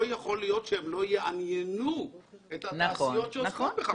לא יכול להיות שהם לא יעניינו את התעשיות שעוסקות בכך.